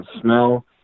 smell